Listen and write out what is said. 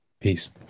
peace